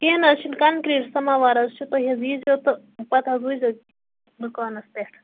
کیٚنٛہہ نہٕ حظ چھُنہٕ کَنکرٛیٖٹ سَماوار حظ چھِ تُہۍ حظ ییٖزیو تہٕ پَتہٕ حظ وُچھزیو دُکانَس پٮ۪ٹھ